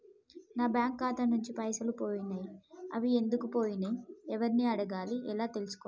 నా బ్యాంకు ఖాతా నుంచి పైసలు పోయినయ్ అవి ఎందుకు పోయినయ్ ఎవరిని అడగాలి ఎలా తెలుసుకోవాలి?